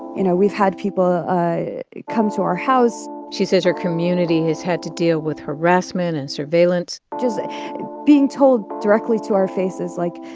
you know, we've had people come to our house she says her community has had to deal with harassment and surveillance just being told directly to our faces, like,